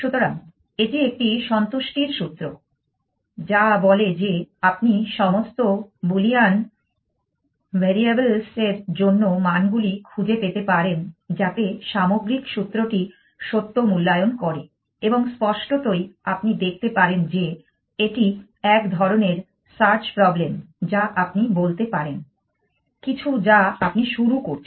সুতরাং এটি একটি সন্তুষ্টির সূত্র যা বলে যে আপনি সমস্ত বুলিয়ান ভ্যারিয়েবলস এর জন্য মানগুলি খুঁজে পেতে পারেন যাতে সামগ্রিক সূত্রটি সত্য মূল্যায়ন করে এবং স্পষ্টতই আপনি দেখতে পারেন যে এটি এক ধরণের সার্চ প্রবলেম যা আপনি বলতে পারেন কিছু যা আপনি শুরু করছেন